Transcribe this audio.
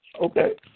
okay